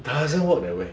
doesn't work that way